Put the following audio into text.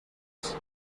dusk